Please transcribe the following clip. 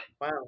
Wow